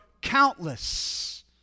countless